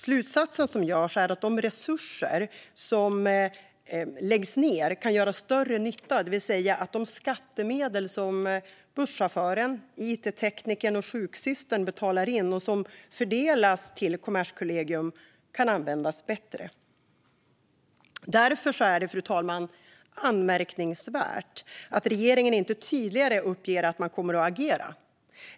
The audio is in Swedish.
Slutsatsen som dras är att de resurser som läggs ned kan göra större nytta på annat sätt, det vill säga att de skattemedel som busschauffören, it-teknikern och sjuksystern betalar in och som fördelas till Kommerskollegium kan användas bättre. Därför är det, fru talman, anmärkningsvärt att regeringen inte tydligare uppger att man kommer att agera.